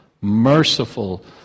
merciful